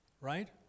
Right